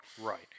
Right